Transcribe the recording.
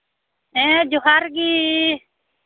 ᱦᱮᱸ ᱡᱚᱦᱟᱨ ᱜᱮ